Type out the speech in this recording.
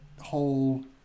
whole